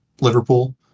Liverpool